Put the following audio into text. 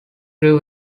grew